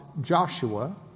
Joshua